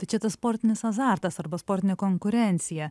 tai čia tas sportinis azartas arba sportinė konkurencija